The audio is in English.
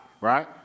right